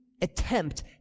attempt